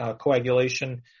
coagulation